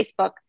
facebook